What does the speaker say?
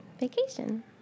Vacation